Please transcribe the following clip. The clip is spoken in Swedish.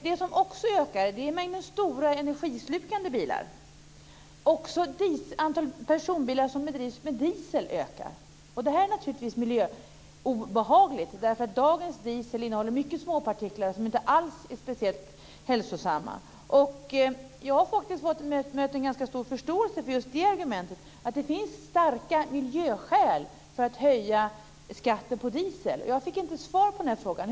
Det som också ökar är mängden stora, energislukande bilar. Också antalet personbilar som drivs med diesel ökar. Det är naturligtvis obehagligt för miljön, för dagens diesel innehåller mycket småpartiklar som inte alls är speciellt hälsosamma. Jag har faktiskt mött en ganska stor förståelse för just det argumentet; att det finns starka miljöskäl för att höja skatten på diesel. Jag fick inte svar på den frågan.